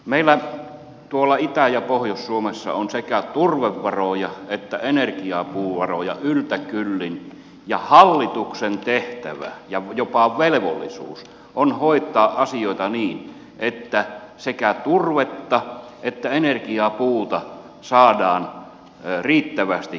meillä tuolla itä ja pohjois suomessa on sekä turvevaroja että energiapuuvaroja yltäkyllin ja hallituksen tehtävä ja jopa velvollisuus on hoitaa asioita niin että sekä turvetta että energiapuuta saadaan riittävästi käyttöön